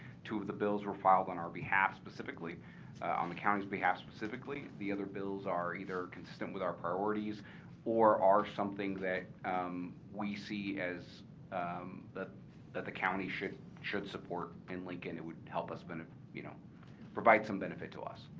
two of the bills were filed on our behalf, specifically on the county's behalf specifically. the other bills are either consistent with our priorities or are something that we see as that that the county should should support in lincoln it would help you know provide some benefit to us.